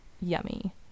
Yummy